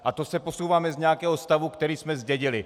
A to se posouváme z nějakého stavu, který jsme zdědili.